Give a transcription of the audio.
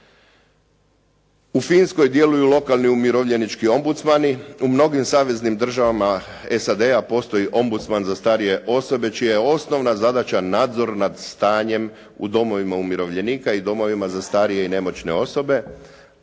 u Finskoj djeluju lokalni umirovljenički Ombudsmani, u mnogim savezni zemljama postoji Ombudsman za osobe čija je osnovna zadaća nadzor nad stanjem u domovima umirovljenika i domovima za starije i nemoćne osobe,